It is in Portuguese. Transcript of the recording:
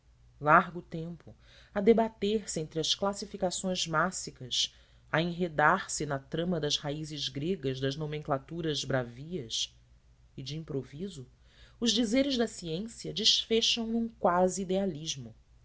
idades largo tempo a debater-se entre as classificações maciças a enredar se na trama das raízes gregas das nomenclaturas bravias e de improviso os dizeres da ciência desfecham num quase idealismo